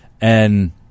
and-